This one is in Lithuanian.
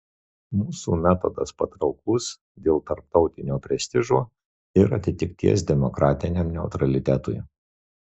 mūsų metodas patrauklus dėl tarptautinio prestižo ir atitikties demokratiniam neutralitetui